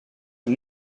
hem